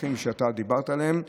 הדרכים שדיברת עליהן.